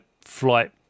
flight